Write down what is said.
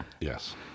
Yes